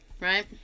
right